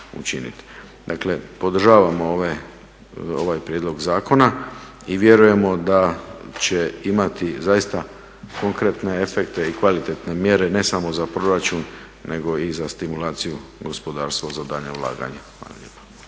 Dakle, podržavamo ovaj prijedlog zakona i vjerujemo da će imati zaista konkretne efekte i kvalitetne mjere ne samo za proračun nego i za stimulaciju u gospodarstvo za daljnje ulaganje.